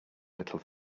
little